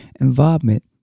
involvement